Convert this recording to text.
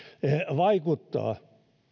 vaikuttaa